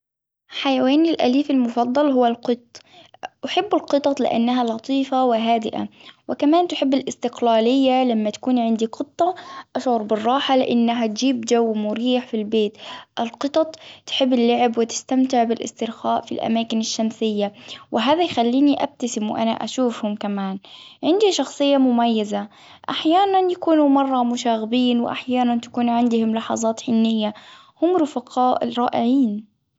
حيوان الأليف المفضل هو القط. أحب القطط لأنها لطيفة وهادئة. وكمان تحب الإستقلالية لما تكون عندي قطة أشعر بالراحة لأنها تجيب جو مريح في البيت ، القطط تحب اللعب وتستمتع بالإسترخاء في الأماكن الشمسية، وهذا يخليني أبتسم وأنا شوفهم كمان عندي شخصية مميزة، أحيانا يكونوا مرة مشاغبين وأحيانا تكون عندهم لحظات حنية، هم رفقاء رائعين.